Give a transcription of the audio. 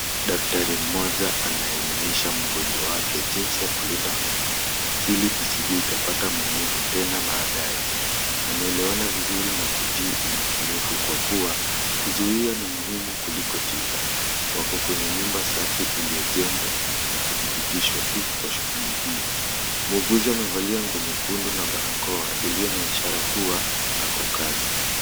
Daktari mmoja anaye elimisha mgonjwa wake jinsi ya kulinda meno ili isije ikapata maumivu tena baadae. Wanaelewana vizuri na kutii umakinifu kwa kuwa kuzuia ni muhimu kuliko tiba. Wako kwenye nyumba safi iliyojengwa na kudhibitishwa tu kwa shughuli hiyo. Muuguzi amevalia nguo nyekundu na barakoa iliyo na ishara kuwa ako kazi.